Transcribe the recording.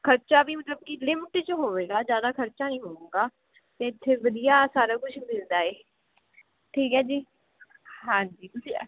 ਖਰਚਾ ਵੀ ਮਤਲਵ ਕੀ ਲਿਮਟ 'ਚ ਹੋਵੇਗਾ ਜ਼ਿਆਦਾ ਖਰਚਾ ਨੀ ਹੋਊਗਾ ਅਤੇ ਇਥੇ ਵਧੀਆ ਸਾਰਾ ਕੁੱਝ ਮਿਲਦਾ ਹੈ ਠੀਕ ਹੈ ਜੀ ਹਾਂਜੀ ਤੁਸੀਂ